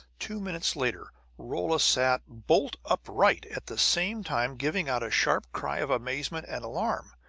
two minutes later rolla sat bolt upright, at the same time giving out a sharp cry of amazement and alarm.